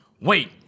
Wait